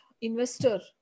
investor